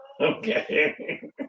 Okay